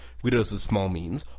widows of small means,